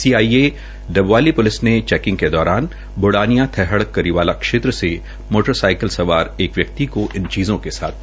CIA Dabwali police team ने चैकिंग के दौरान ब्डानिया थैहड करीवाला क्षेत्र से मोटरसाइकिल सवार एक व्यक्ति को इन चीजों के साथ काबू किया है